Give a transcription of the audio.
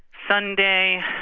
sunday.